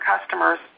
customers